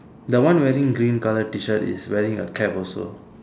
the one wearing green colour T-shirt is wearing a cap also